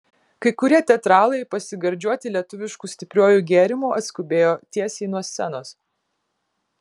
kai kurie teatralai pasigardžiuoti lietuvišku stipriuoju gėrimu atskubėjo tiesiai nuo scenos